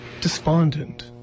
Despondent